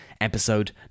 episode